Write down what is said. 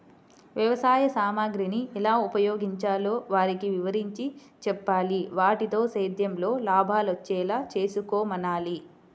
వ్యవసాయ సామగ్రిని ఎలా ఉపయోగించాలో వారికి వివరించి చెప్పాలి, వాటితో సేద్యంలో లాభాలొచ్చేలా చేసుకోమనాలి